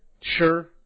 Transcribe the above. sure